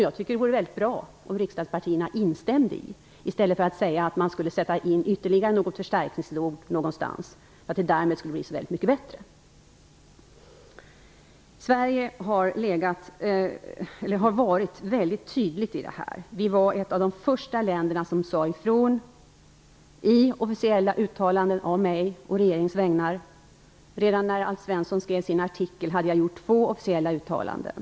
Jag tycker att det skulle vara mycket bra om riksdagspartierna instämde i stället för att säga att man skall sätta in ytterligare något förstärkningsord någonstans och att det därmed skulle bli så mycket bättre. Från svensk sida har vi varit mycket tydliga i det här avseendet. Sverige var ett av de första länderna som sade ifrån i officiella uttalanden av mig å regeringens vägnar. Redan innan Alf Svensson skrev sin artikel hade jag gjort två officiella uttalanden.